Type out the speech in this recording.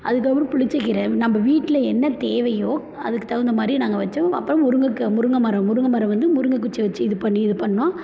அதுக்கப்புறம் புளிச்சக்கீரை நம்ம வீட்டில் என்ன தேவையோ அதுக்கு தகுந்த மாதிரி நாங்கள் வைச்சோம் அப்புறம் முருங்கைக்கா முருங்கை மரம் முருங்கை மரம் வந்து முருங்கைக் குச்சை வெச்சு இது பண்ணி இது பண்ணோம்